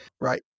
right